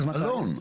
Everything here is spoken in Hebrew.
אלון.